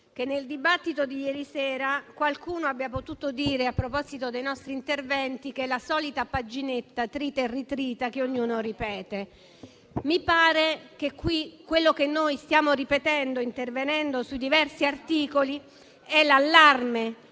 che nel dibattito di ieri sera qualcuno abbia potuto dire, a proposito dei nostri interventi, che è la solita paginetta trita e ritrita che ognuno ripete. Mi pare che quello che stiamo ripetendo, intervenendo sui diversi articoli, è l'allarme